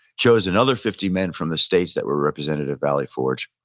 chose another fifty men from the states that were represented at valley forge,